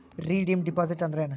Redeem deposit ಅಂದ್ರೇನ್?